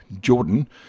Jordan